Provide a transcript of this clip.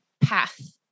path